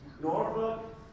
Norfolk